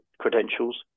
credentials